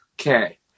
okay